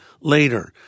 later